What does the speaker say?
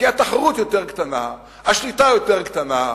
כי התחרות יותר קטנה, השליטה יותר קטנה,